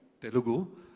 Telugu